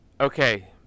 Okay